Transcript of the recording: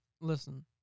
Listen